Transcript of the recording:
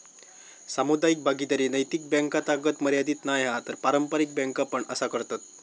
सामुदायिक भागीदारी नैतिक बॅन्कातागत मर्यादीत नाय हा तर पारंपारिक बॅन्का पण असा करतत